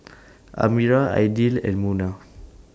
Amirah Aidil and Munah